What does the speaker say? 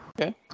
Okay